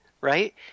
right